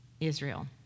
Israel